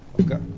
Okay